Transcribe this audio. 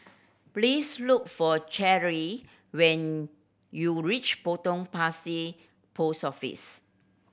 please look for Cherryl when you reach Potong Pasir Post Office